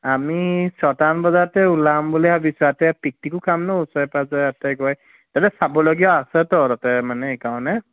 আমি ছটামান বজাতে ওলাম বুলি আৰু ভাবিছোঁ তাতে পিকনিকো খাম ন ওচৰে পাজৰে ইয়াতে গৈ তাৰপাছত চাবলগীয়া আছেতো তাতে মানে সেইকাৰণে